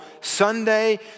Sunday